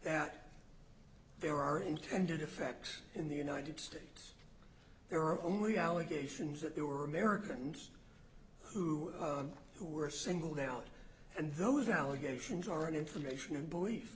that there are intended effects in the united states there are only allegations that there were americans who who were singled out and those allegations are in information and belief